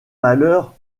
malheur